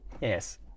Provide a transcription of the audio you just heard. Yes